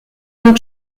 und